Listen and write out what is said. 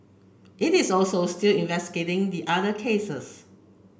it is also still investigating the other cases